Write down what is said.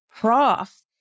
prof